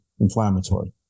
inflammatory